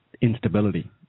instability